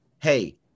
Hey